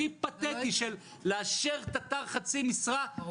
הכי פתטי של לאשר תט"ר חצי משרה לא